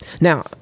Now